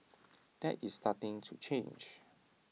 that is starting to change